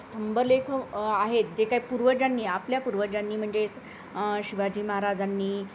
स्तंभलेख आहेत जे काही पूर्वजांनी आपल्या पूर्वजांनी म्हणजेच शिवाजी महाराजांनी